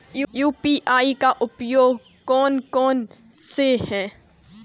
UPI के उपयोग कौन कौन से हैं?